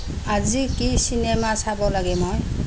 আজি কি চিনেমা চাব লাগে মই